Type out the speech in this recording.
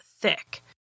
thick